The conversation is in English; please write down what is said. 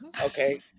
okay